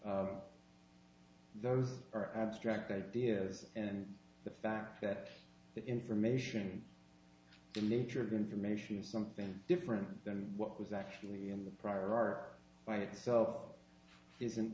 those are abstract ideas and the fact that the information in nature of information is something different than what was actually in the prior art by itself isn't